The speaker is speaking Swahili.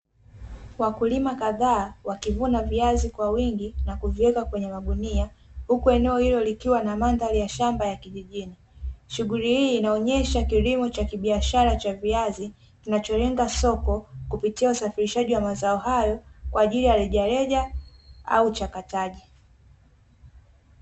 Wakulima kadhaa; wakivuna viazi kwa wingi na kuviweka kwenye magunia. huku eneo hilo lina mandhari ya shamba ya kijijini. Shughuli hii inaonesha kilimo cha kibiashara cha viazi kinacholenga soko, kupitia usafirishaji wa mazao hayo, kwa ajili ya rejareja au uchakataji.